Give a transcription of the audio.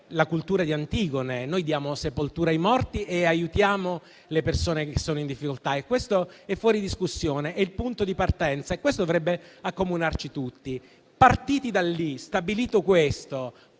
la cultura di Antigone. Noi diamo sepoltura ai morti e aiutiamo le persone che sono in difficoltà, e questo è fuori discussione; è il punto di partenza che dovrebbe accomunarci tutti. Partiti da lì, stabilito questo,